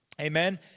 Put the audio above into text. amen